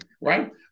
right